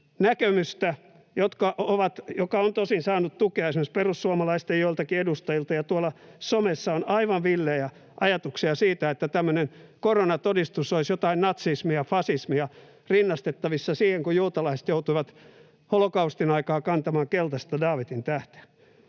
näkemystä, joka on tosin saanut tukea esimerkiksi perussuomalaisten joiltakin edustajilta — ja tuolla somessa on aivan villejä ajatuksia siitä, että tämmöinen koronatodistus olisi jotain natsismia, fasismia, rinnastettavissa siihen, kun juutalaiset joutuivat holokaustin aikaan kantamaan keltaista Daavidin tähteä.